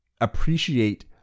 appreciate